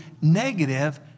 negative